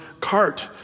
cart